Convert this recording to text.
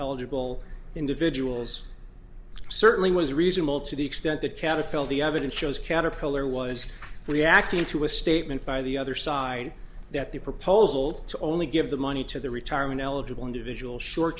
eligible individuals certainly was reasonable to the extent that caterpillar the evidence shows caterpillar was reacting to a statement by the other side that the proposal to only give the money to the retirement eligible individual